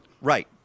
Right